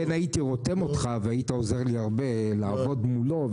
אני אגיד לך איפה כן הייתי רותם אותך והיית עוזר לי הרבה לעבוד מולו,